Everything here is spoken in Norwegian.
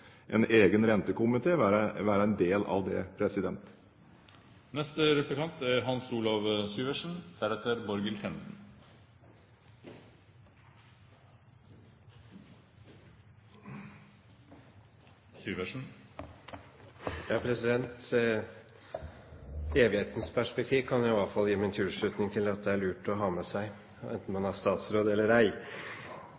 en egen rentekomité være en del av det. Evighetens perspektiv kan jeg iallfall gi min tilslutning til at det er lurt å ha med seg, enten man